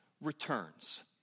returns